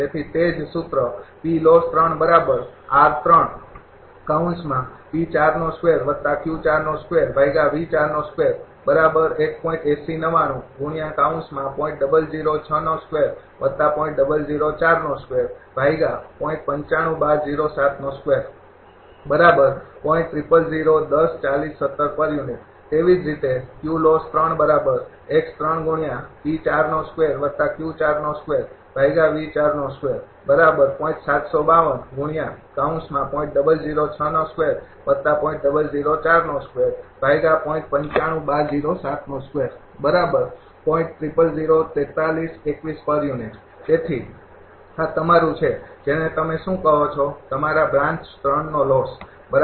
તેથી તે જ સૂત્ર તેવી જ રીતે તેથી આ તમારુ છે જેને તમે શું કહો છો તમારો બ્રાન્ચ નો લોસ બરાબર